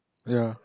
ya